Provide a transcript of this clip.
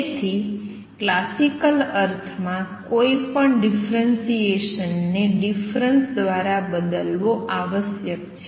તેથી ક્લાસિકલ અર્થમાં કોઈપણ ડિફ્રંસીએસન ને ડિફરન્સ દ્વારા બદલવો આવશ્યક છે